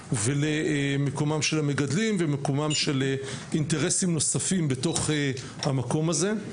ולמקומם של המגדלים ומקומם של אינטרסים נוספים בתוך המקום הזה.